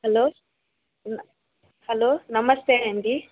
hello న hello namaste అండి